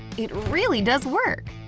it really does work!